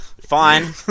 Fine